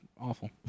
awful